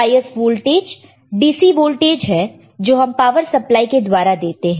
बायस voltage DC voltage है जो हम पावर सप्लाई के द्वारा देते हैं